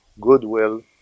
goodwill